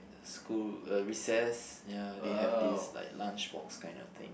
school uh recess ya they have this like lunchbox kind of thing